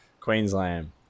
Queensland